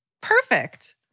Perfect